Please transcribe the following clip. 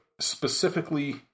specifically